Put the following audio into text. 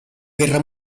guerra